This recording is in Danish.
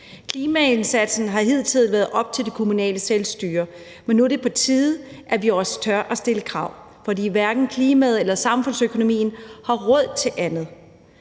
Klimaindsatsen har hidtil været op til det kommunale selvstyre, men nu er det på tide, at vi også tør stille krav, fordi hverken klimaet eller samfundsøkonomien har råd til andet.